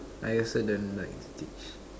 I also don't like to teach